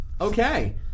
Okay